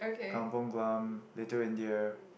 Kampung-Glam Little-India